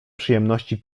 przyjemności